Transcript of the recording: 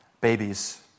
babies